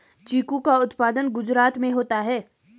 चीकू का उत्पादन गुजरात में होता है